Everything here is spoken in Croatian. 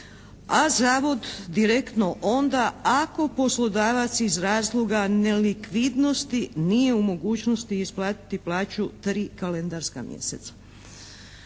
a zavod direktno onda ako poslodavac iz razloga nelikvidnosti nije u mogućnosti isplatiti plaću tri kalendarska mjeseca.